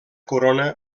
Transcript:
corona